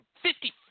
Fifty